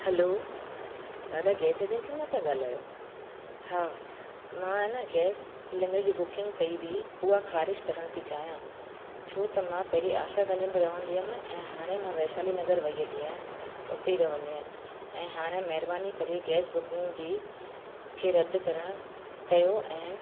हलो दादा gas agency मां पिया ॻाल्हायो हा मां न गैस सिलैंडर जी बुकिंग कई हुई उहो खारिजु करणु थी चाहियां छो त मां पहिरीं आशा गंज में रहंदमि ऐं हाणे मां वैशाली नगर वई हली आहियां उते रहंदी आहियां ऐं हाणे महिरबानी करे गैस बुकिंग जी मूंखे रदि करणु कयो ऐं